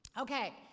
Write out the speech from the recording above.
Okay